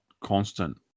constant